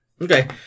Okay